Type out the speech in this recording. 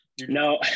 No